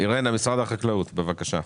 אירנה ממשרד החקלאות, בבקשה.